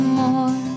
more